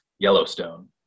Yellowstone